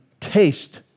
taste